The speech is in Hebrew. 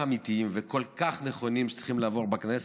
אמיתיים והכל-כך נכונים שצריכים לעבור בכנסת,